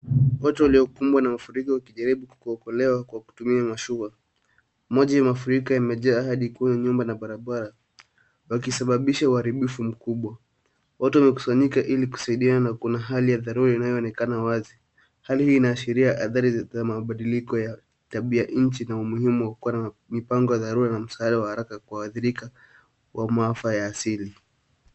Watu waliokumbwa na mafuriko wakijaribu kukuokolewa kwa kutumia mashua. Maji ya mafuriko yamejaa hadi kuwa nyumba na barabara, wakisababisha uharibifu mkubwa. Watu wamekusanyika ili kusaidiana na kuna hali ya dharura inayoonekana wazi. Hali hii inaashiria athari za maabadiliko ya tabia nchi na umuhimu wa kuwa na mipango ya dharura na msaada wa haraka kwa wa athirika wa maafa ya asili.